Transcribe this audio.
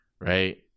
right